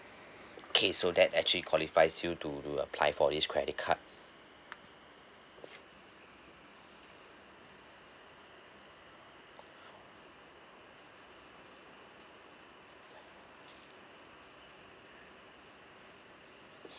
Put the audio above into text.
okay so that actually qualifies you to to apply for this credit card